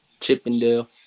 Chippendale